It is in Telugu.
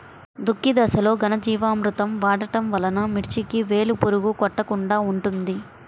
దుక్కి దశలో ఘనజీవామృతం వాడటం వలన మిర్చికి వేలు పురుగు కొట్టకుండా ఉంటుంది?